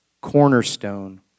cornerstone